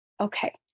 Okay